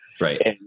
Right